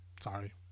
Sorry